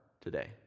today